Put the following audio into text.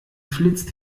flitzt